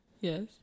yes